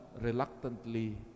reluctantly